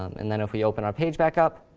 um and then if we open our page back up,